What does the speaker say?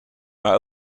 maar